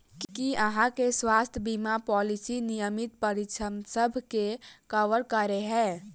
की अहाँ केँ स्वास्थ्य बीमा पॉलिसी नियमित परीक्षणसभ केँ कवर करे है?